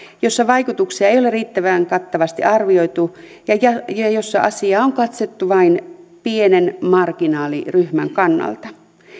jossa vaikutuksia ei ole riittävän kattavasti arvioitu ja ja jossa asiaa on katsottu vain pienen marginaaliryhmän kannalta